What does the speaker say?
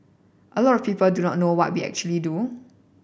a lot of people do not know what we actually do